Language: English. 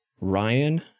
Ryan